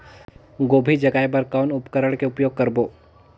गोभी जगाय बर कौन उपकरण के उपयोग करबो?